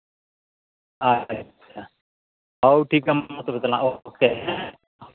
ᱟᱪᱪᱷᱟ ᱦᱳ ᱴᱷᱤᱠᱟ ᱢᱟ ᱛᱚᱵᱮ ᱴᱟᱞᱟᱝ ᱳᱠᱮ ᱦᱮᱸ